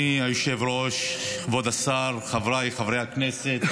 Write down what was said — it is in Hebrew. היושב-ראש, כבוד השר, חבריי חברי הכנסת,